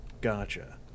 Gotcha